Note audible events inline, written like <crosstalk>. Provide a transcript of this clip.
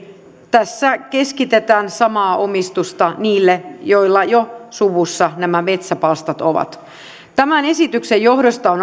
tässä keskitetään samaa omistusta niille joilla jo suvussa <unintelligible> <unintelligible> <unintelligible> nämä metsäpalstat ovat tämän esityksen johdosta on <unintelligible>